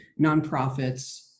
nonprofits